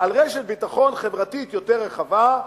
על רשת ביטחון חברתית יותר רחבה,